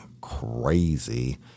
crazy